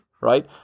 right